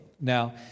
Now